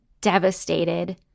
devastated